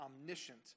omniscient